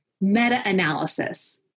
meta-analysis